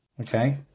Okay